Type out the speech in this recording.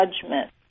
judgment